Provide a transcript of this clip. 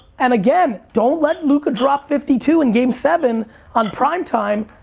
and again, don't let luka drop fifty two in game seven on prime time.